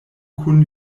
kun